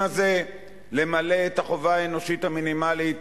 הזה למלא את החובה האנושית המינימלית